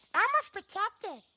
elmo's protected.